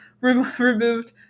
removed